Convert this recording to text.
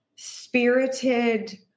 spirited